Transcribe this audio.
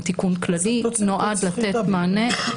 הוא תיקון כללי, נועד לתת מענה.